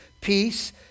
Peace